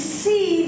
see